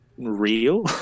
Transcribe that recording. real